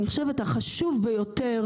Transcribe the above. אני חושבת החשוב ביותר